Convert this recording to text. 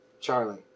Charlie